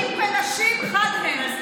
בשבילי גברים ונשים חד הם.